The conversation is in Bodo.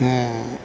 ओ